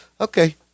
Okay